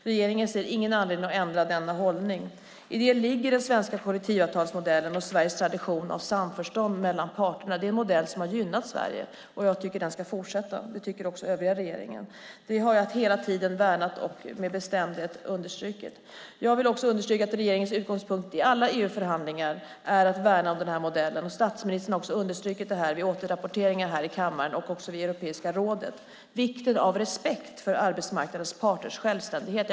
Regeringen ser ingen anledning att ändra denna hållning. I det ligger den svenska kollektivavtalsmodellen och Sveriges tradition av samförstånd mellan parterna. Det är en modell som har gynnat Sverige, och jag tycker att den ska fortsätta. Det tycker också den övriga regeringen. Det har jag hela tiden värnat och med bestämdhet understrukit. Vidare vill jag understryka att regeringens utgångspunkt i alla EU-förhandlingar är att värna den modellen. Statsministern har också vid återrapporteringen i kammaren och vid Europeiska rådet understrukit vikten av respekt för arbetsmarknadens parters självständighet.